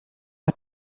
hat